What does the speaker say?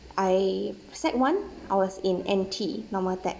I sec one I was in N_T normal tech